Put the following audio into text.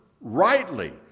rightly